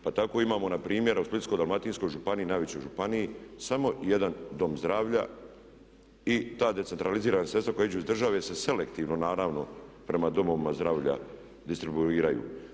Pa tako imamo na primjer u Splitsko-dalmatinskoj županiji, najvećoj županiji, samo 1 dom zdravlja i ta decentralizirana sredstva koja idu iz države se selektivno naravno prema domovima zdravlja distribuiraju.